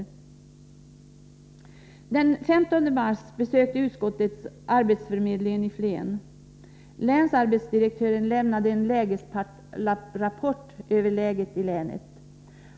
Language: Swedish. Den 15 mars besökte utskottet arbetsförmedlingen i Flen. Länsarbetsdirektören lämnade en lägesrapport för länet.